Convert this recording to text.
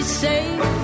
safe